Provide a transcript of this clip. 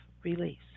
release